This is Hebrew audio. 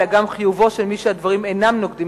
אלא גם חיובו של מי שהדברים אינם נוגדים